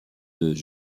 deux